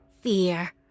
Fear